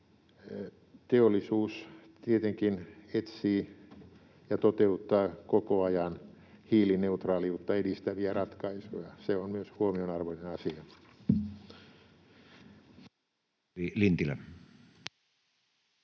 Teollisuus tietenkin etsii ja toteuttaa koko ajan hiilineutraaliutta edistäviä ratkaisuja — se on myös huomionarvoinen asia.